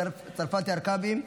חברת הכנסת מטי צרפתי הרכבי,